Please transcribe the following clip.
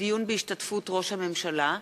דיון בהשתתפות ראש הממשלה),